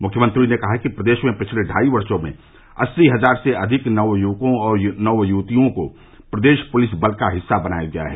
मुख्यमंत्री ने कहा कि प्रदेश में पिछले ढाई वर्षो में अस्सी हजार से अधिक नवयुवकों और नवयुवतियों को प्रदेश पुलिस बल का हिस्सा बनाया गया है